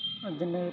बिदिनो